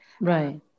Right